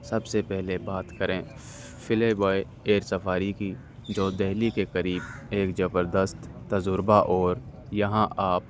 سب سے پہلے بات کریں فلے بوائے ائیر سفاری کی جو دہلی کے قریب ایک زبردست تجربہ اور یہاں آپ